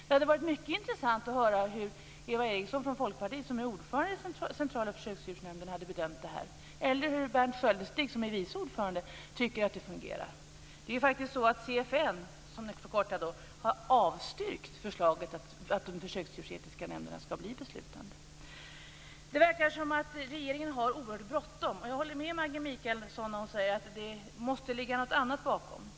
Det hade varit mycket intressant att höra hur Eva Eriksson från Folkpartiet, som är ordförande i Centrala försöksdjursnämnden, hade bedömt det här eller hur Berndt Sköldestig, som är vice ordförande, tycker att det fungerar. Det är faktiskt så att CFN, som den förkortas, har avstyrkt förslaget att de försöksdjursetiska nämnderna skall bli beslutande. Det verkar som om regeringen har oerhört bråttom. Jag håller med Maggi Mikaelsson när hon säger att det måste ligga något annat bakom.